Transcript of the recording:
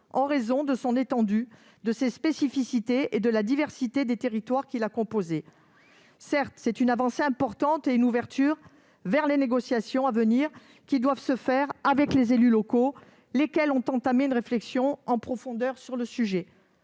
en raison de son étendue, de ses spécificités et de la diversité des territoires qui la composaient. Certes, c'est une avancée importante et une ouverture vers les négociations à venir, qui doivent se faire avec les élus locaux, lesquels ont entamé une réflexion en profondeur sur la